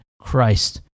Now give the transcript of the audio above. Christ